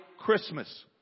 Christmas